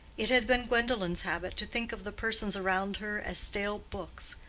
it had been gwendolen's habit to think of the persons around her as stale books,